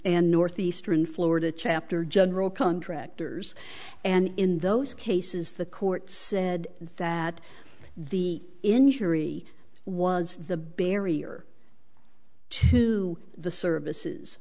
and northeastern florida chapter general contractors and in those cases the court said that the injury was the barrier to the services